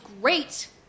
great